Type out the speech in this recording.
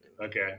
Okay